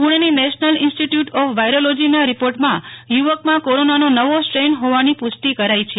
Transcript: પુણની national institute of વાયરોલોજીના રીપોર્ટમાં યુવક કોરોનાનો નવો સ્ટ્રેઈન હોવાની પુષ્ટિ કરાઈ છ